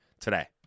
today